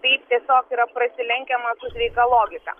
tai tiesiog yra prasilenkiama su sveika logika